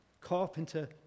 Carpenter